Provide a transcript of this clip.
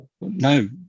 no